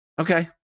Okay